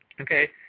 Okay